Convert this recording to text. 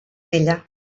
ella